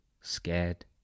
scared